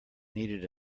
needed